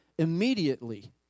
Immediately